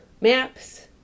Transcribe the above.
maps